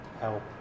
help